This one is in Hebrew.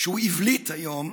שהוא "איוולית" היום,